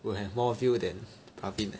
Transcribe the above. will have more view than Pravin eh